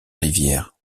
rivière